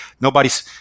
Nobody's